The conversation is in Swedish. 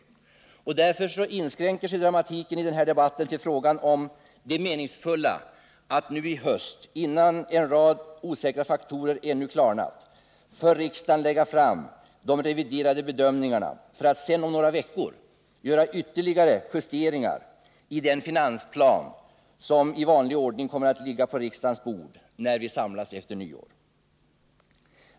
Därför inskränker sig dramatiken i den här debatten till frågan om det meningsfulla i att nu i höst — innan en rad osäkra faktorer ännu klarnat — för riksdagen lägga fram de reviderade bedömningarna för att sedan om några veckor göra ytterligare justeringar i den finansplan som i vanlig ordning kommer att ligga på riksdagens bord när vi samlas efter nyår.